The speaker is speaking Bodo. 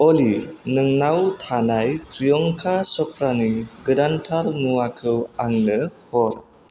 अलि नोंनाव थानाय प्रियंका चप्रानि गोदानथार मुवाखौ आंनो हर